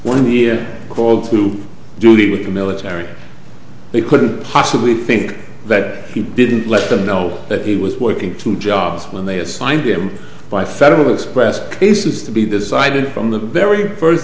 the year called to duty with the military they couldn't possibly think that he didn't let them know that he was working two jobs when they assigned him by federal express bases to be decided from the very first